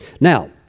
Now